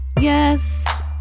Yes